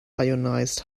ionized